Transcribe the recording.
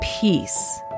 peace